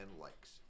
likes